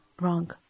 wrong